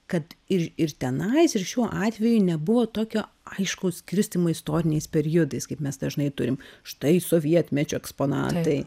kad ir ir tenais ir šiuo atveju nebuvo tokio aiškaus skirstymo istoriniais periodais kaip mes dažnai turim štai sovietmečio eksponatai